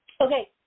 okay